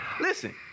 listen